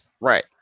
right